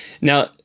Now